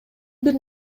бир